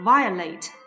Violate